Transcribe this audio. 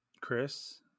Chris